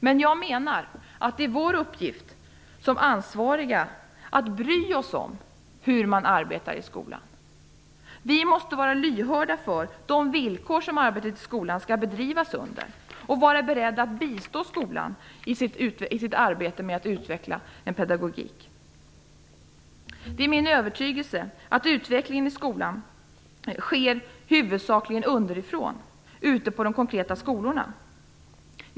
Men jag menar att det är vår uppgift som ansvariga att bry oss om hur man arbetar i skolan. Vi måste vara lyhörda för de villkor som arbetet i skolan skall bedrivas under och vara beredda att bistå skolan i sitt arbete med att utveckla en pedagogik. Det är min övertygelse att utvecklingen i skolan sker huvudsakligen underifrån, ute på de konkreta skolorna.